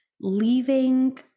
leaving